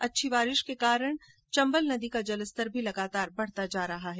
अच्छी बरसात के कारण चंबल नदी का जलस्तर भी लगातार बढ़ता जा रहा है